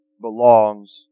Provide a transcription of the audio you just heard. belongs